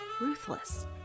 Ruthless